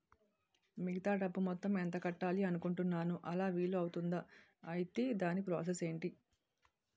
మిగతా డబ్బు మొత్తం ఎంత కట్టాలి అనుకుంటున్నాను అలా వీలు అవ్తుంధా? ఐటీ దాని ప్రాసెస్ ఎంటి?